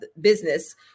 business